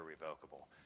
irrevocable